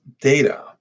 data